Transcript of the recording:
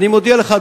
ואני מודיע לך,